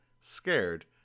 scared